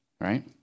right